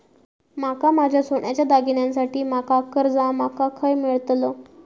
माका माझ्या सोन्याच्या दागिन्यांसाठी माका कर्जा माका खय मेळतल?